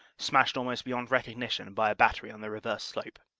smashed almost beyond recognition by a battery on the reverse slope.